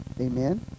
Amen